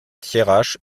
thiérache